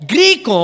Greek